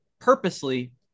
purposely